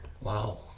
Wow